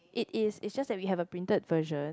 it is it's just that we have a printed version